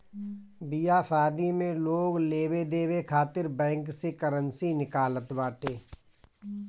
बियाह शादी में लोग लेवे देवे खातिर बैंक से करेंसी निकालत बाटे